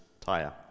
tire